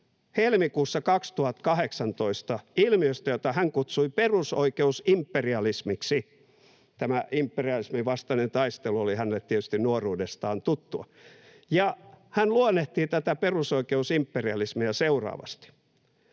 helmikuussa 2018 ilmiöstä, jota hän kutsui perusoikeusimperialismiksi. Tämä imperialismin vastainen taistelu oli hänelle tietysti nuoruudesta tuttua. Hän luonnehti perusoikeusimperialismia seuraavasti: